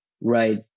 Right